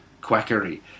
quackery